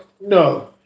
No